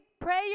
prayer